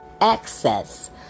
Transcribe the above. access